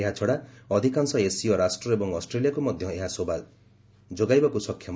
ଏହାଛଡ଼ା ଅଧିକାଂଶ ଏସୀୟ ରାଷ୍ଟ୍ର ଏବଂ ଅଷ୍ଟ୍ରେଲିଆକୁ ମଧ୍ୟ ଏହା ସେବା ଯୋଗାଇବାକୁ ସକ୍ଷମ